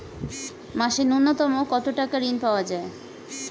মাসে নূন্যতম কত টাকা ঋণ পাওয়া য়ায়?